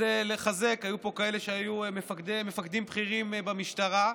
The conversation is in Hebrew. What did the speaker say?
היו פה כאלה שהיו מפקדים בכירים במשטרה,